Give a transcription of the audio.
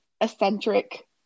eccentric